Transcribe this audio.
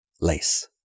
Lace